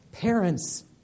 Parents